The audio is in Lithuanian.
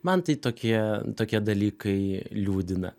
man tai tokie tokie dalykai liūdina